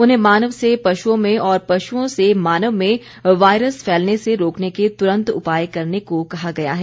उन्हें मानव से पशुओं में और पशुओं से मानव में वायरस फैलने से रोकने के तुरंत उपाय करने को कहा गया है